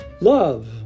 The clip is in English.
Love